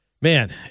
man